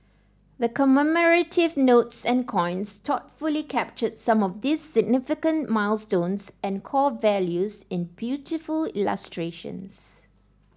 the commemorative notes and coins thoughtfully capture some of these significant milestones and core values in beautiful illustrations